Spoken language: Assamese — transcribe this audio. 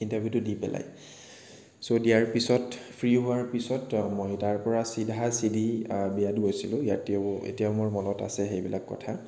ইণ্টাৰভিউটো দি পেলাই চ' দিয়াৰ পিছত ফ্ৰী হোৱাৰ পিছত মই তাৰ পৰা চিধা চিধি বিয়ালৈ গৈছিলোঁ এতিয়াও এতিয়াও মোৰ মনত আছে সেইবিলাক কথা